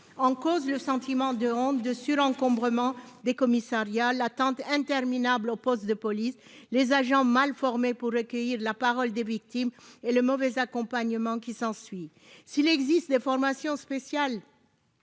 en cause le sentiment de honte et le surencombrement des commissariats, l'attente interminable au poste de police, la mauvaise formation des agents au recueil de la parole des victimes et le mauvais accompagnement qui s'ensuit. Si des formations spéciales